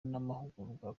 n’amahugurwa